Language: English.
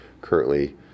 currently